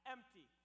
empty